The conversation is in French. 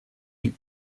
luxe